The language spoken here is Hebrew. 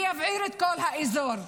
ויבעיר את כל האזור.